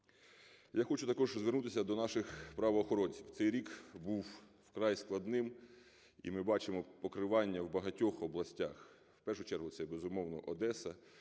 Я хочу також звернутися до наших правоохоронців. Цей рік був вкрай складним, і ми бачимо покривання в багатьох областях. В першу чергу це, безумовно, Одеса,